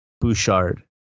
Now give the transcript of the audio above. Bouchard